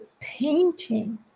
painting